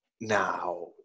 now